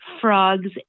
frogs